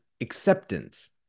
acceptance